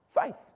faith